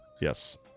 Yes